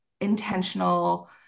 intentional